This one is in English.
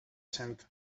tenth